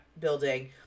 building